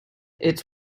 its